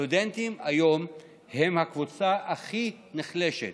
הסטודנטים היום הם הקבוצה הכי נחלשת.